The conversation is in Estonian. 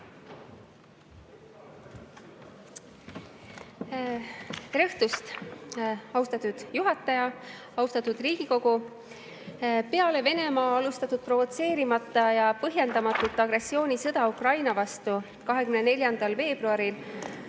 õhtust, austatud juhataja! Austatud Riigikogu! Peale Venemaa alustatud provotseerimata ja põhjendamatut agressioonisõda Ukraina vastu 24. veebruaril